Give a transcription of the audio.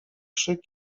krzyk